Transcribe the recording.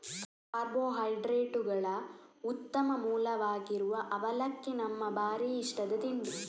ಕಾರ್ಬೋಹೈಡ್ರೇಟುಗಳ ಉತ್ತಮ ಮೂಲವಾಗಿರುವ ಅವಲಕ್ಕಿ ನಮ್ಮ ಭಾರೀ ಇಷ್ಟದ ತಿಂಡಿ